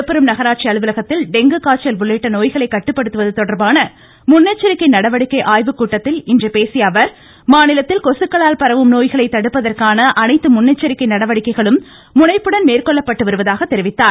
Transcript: விழுப்புரம் நகராட்சி அலுவலகத்தில் டெங்கு காய்ச்சல் உள்ளிட்ட நோய்களை கட்டுப்படுத்துவது தொடர்பான முன்னெச்சரிக்கை நடவடிக்கை ஆய்வுக்கூட்டத்தில் இன்று பேசிய அவர் மாநிலத்தில் கொசுக்களால் பரவும் நோய்களை தடுப்பதற்கான அனைத்து முன்னெச்சரிக்கை நடவடிக்கைகளும் முனைப்புடன் மேற்கொள்ளப்பட்டு வருவதாக தெரிவித்தார்